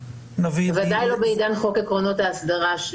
ודאי לא בעידן חוק עקרונות ההסדרה.